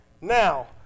Now